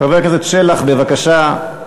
חבר הכנסת שלח, בבקשה.